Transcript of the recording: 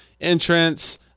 entrance